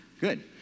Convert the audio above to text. Good